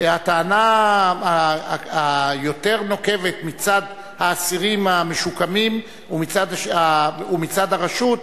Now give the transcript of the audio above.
הטענה היותר נוקבת מצד האסירים המשוקמים ומצד הרשות,